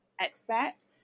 expect